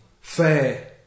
fair